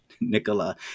Nicola